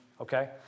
okay